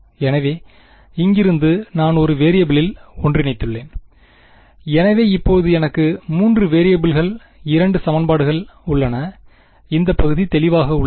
எனவே இங்கிருந்து நான் ஒரு வேரியபிள் லில் ஒன்றிணைத்துள்ளேன் எனவே இப்போது எனக்கு மூன்று வேரியபிள் கள் இரண்டு சமன்பாடுகள் உள்ளன இந்த பகுதி தெளிவாக உள்ளது